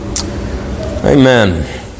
Amen